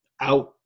out